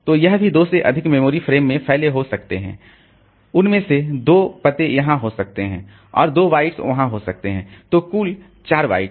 तो यह भी 2 से अधिक मेमोरी फ्रेम में फैले हो सकते हैं उसमें से 2 पते यहाँ हो सकते हैं और 2 बाइट्स वहां हो सकते हैं तो कुल 4 बाइट